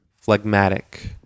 phlegmatic